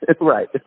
Right